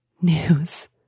news